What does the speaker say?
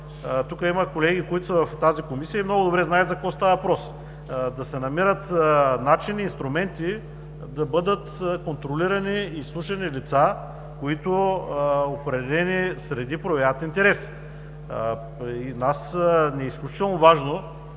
Тук има колеги, които са в тази Комисия и много добре знаят за какво става въпрос – да се намират начини, инструменти, да бъдат контролирани и изслушани лица, към които определени среди проявяват интерес. За нас е изключително важно